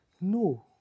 No